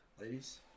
Ladies